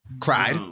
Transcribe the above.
Cried